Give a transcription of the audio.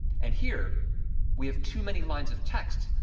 and here we have too many lines of text,